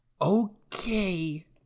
Okay